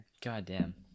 Goddamn